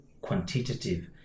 quantitative